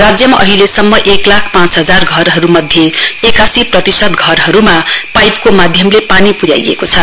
राज्यमा अहिलेसम्म एक लाख पाँच हजार धरहरूमध्ये एकासी प्रतिशत घरहरूमा पाइपको माध्य्मले पानी पर्याइएको छ